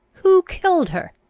who killed her?